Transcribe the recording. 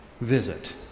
visit